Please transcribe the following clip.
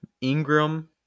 Ingram